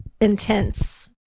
intense